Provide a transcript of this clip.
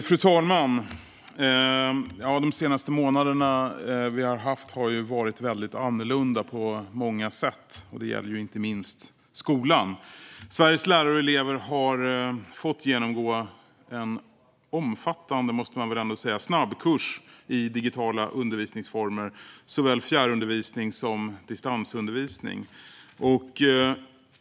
Fru talman! De senaste månaderna har varit mycket annorlunda på många sätt. Det gäller inte minst skolan. Sveriges lärare och elever har fått genomgå en omfattande snabbkurs i digitala undervisningsformer, såväl fjärrundervisning som distansundervisning.